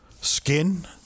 Skin